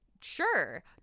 Sure